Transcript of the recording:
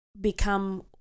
become